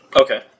Okay